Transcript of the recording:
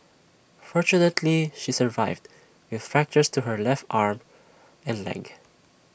fortunately she survived with fractures to her left arm and leg